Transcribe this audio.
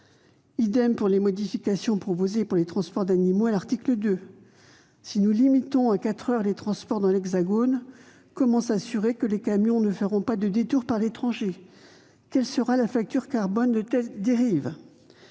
de même des modifications proposées pour les transports d'animaux à l'article 2 : si nous limitons à quatre heures les transports dans l'Hexagone, comment s'assurer que les camions ne feront pas de détours par l'étranger ? Quelle sera la facture carbone de telles dérives ?